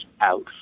out